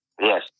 Yes